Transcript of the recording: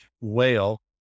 whale